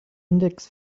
index